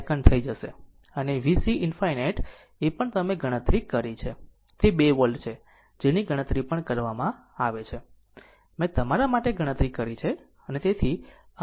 અને VC ∞ એ પણ તમે ગણતરી કરી છે તે 2 વોલ્ટ છે જેની ગણતરી પણ કરવામાં આવે છે મેં તમારા માટે ગણતરી કરી છે